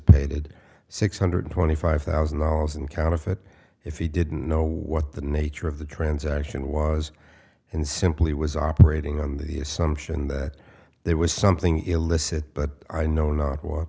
dissipated six hundred twenty five thousand dollars in counterfeit if he didn't know what the nature of the transaction was and simply was operating under the assumption that there was something illicit but i know not w